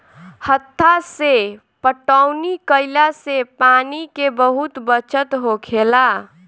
हत्था से पटौनी कईला से पानी के बहुत बचत होखेला